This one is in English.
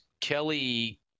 Kelly